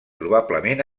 probablement